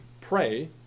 pray